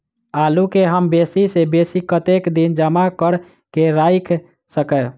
आलु केँ हम बेसी सऽ बेसी कतेक दिन जमा कऽ क राइख सकय